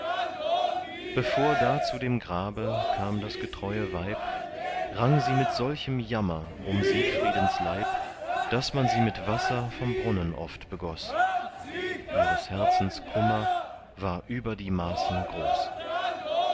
bevor da zu dem grabe kam das getreue weib rang sie mit solchem jammer um siegfriedens leib daß man sie mit wasser vom brunnen oft begoß ihres herzens kummer war über die maßen groß